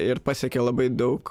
ir pasiekia labai daug